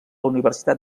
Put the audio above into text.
universitat